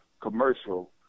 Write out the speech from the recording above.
commercial